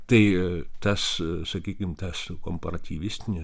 tai tas sakykim tas komparatyvistinis